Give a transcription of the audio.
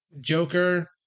Joker